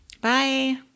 Bye